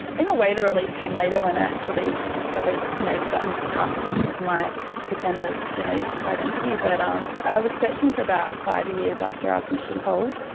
in a way the relief came later when i actually discovered you know that missing half of of my paternal genetic identity. but um i was searching for about five years after i was initially told,